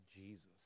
Jesus